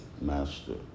master